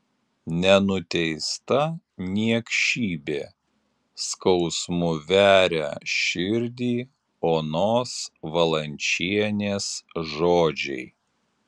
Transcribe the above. nenuteista niekšybė skausmu veria širdį onos valančienės žodžiai